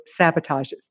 sabotages